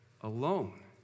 alone